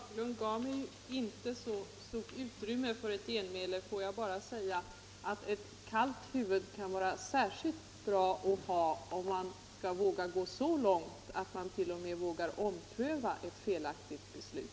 Fru talman! Herr Fagerlund gav mig inte så stort utrymme för ett genmäle. Låt mig bara säga att ett kallt huvud kan vara särskilt bra att ha om man skall gå så långt att man t.o.m. vågar ompröva ett felaktigt beslut.